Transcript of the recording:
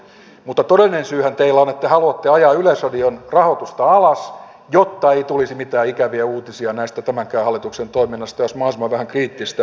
mutta todellinen syyhän teillä on että te haluatte ajaa yleisradion rahoitusta alas jotta ei tulisi mitään ikäviä uutisia tämänkään hallituksen toiminnasta ja olisi mahdollisimman vähän kriittistä